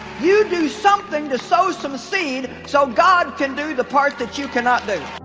you do something to sow some seed so god can do the parts that you cannot do